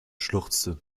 schluchzte